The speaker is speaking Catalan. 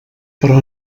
però